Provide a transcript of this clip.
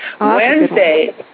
Wednesday